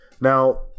Now